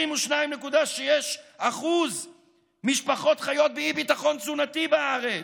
22.6% משפחות חיות באי-ביטחון תזונתי בארץ.